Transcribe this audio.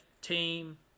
team